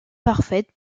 parfaite